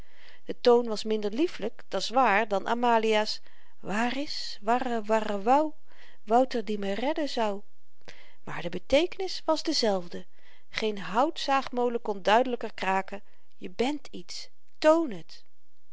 de toon was minder liefelyk dat's waar dan amalia's waar is warre warre wou wouter die me redden zou maar de beteekenis was dezelfde geen houtzaagmolen kon duidelyker kraken je bent iets toon het